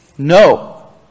No